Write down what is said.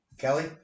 Kelly